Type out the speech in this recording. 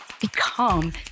become